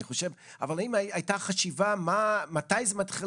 אז האם הייתה חשיבה לגבי מתי זה מתחיל